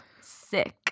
Sick